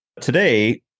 Today